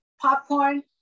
Popcorn